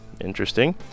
Interesting